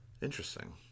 Interesting